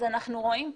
אז אנחנו רואים פה,